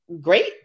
great